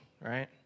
right